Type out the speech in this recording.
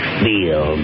feel